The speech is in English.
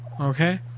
Okay